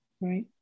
right